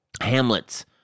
hamlets